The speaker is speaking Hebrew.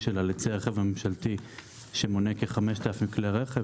שלה לצי הרכב הממשלתי שמונה כ-5,000 כלי רכב,